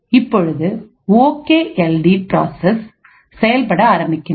இப்பொழுது okay L D process செயல்பட ஆரம்பிக்கின்றது